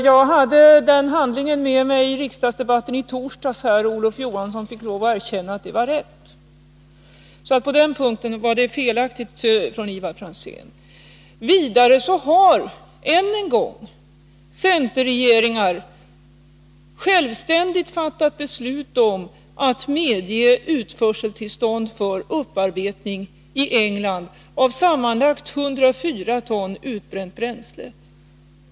Jag hade den handlingen med mig i riksdagsdebatten i torsdags, och Olof Johansson fick lov att erkänna att det var så. På den punkten var Ivar Franzéns framställning felaktig. Vidare har — jag säger detta än en gång — centerregeringar självständigt fattat beslut om att lämna utförseltillstånd för upparbetning i England av sammanlagt 104 ton utbränt bränsle.